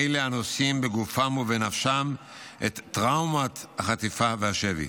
אלה הנושאים בגופם ובנפשם את טראומת החטיפה והשבי.